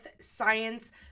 science